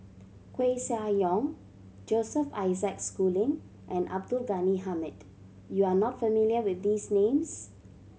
Koeh Sia Yong Joseph Isaac Schooling and Abdul Ghani Hamid you are not familiar with these names